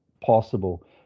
possible